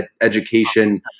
education